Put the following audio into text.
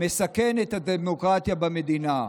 מסכנת את הדמוקרטיה במדינה.